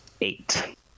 eight